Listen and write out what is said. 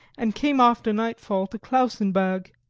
and came after nightfall to klausenburgh.